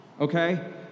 okay